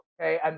Okay